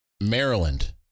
Maryland